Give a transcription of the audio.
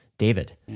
David